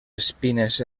espines